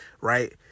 Right